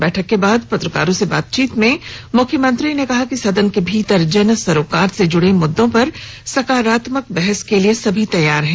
बैठक के बाद पत्रकारों से बातचीत में मुख्यमंत्री ने कहा कि सदन के भीतर जन सरोकार से जुड़े मुददों पर सकारात्मक बहस के लिए सभी तैयार हैं